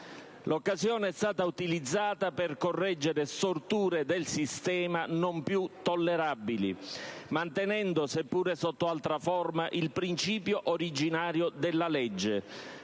L'occasione è stata utilizzata per correggere storture del sistema non più tollerabili, mantenendo, seppure sotto altra forma, il principio originario della legge.